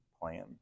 plan